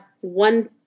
one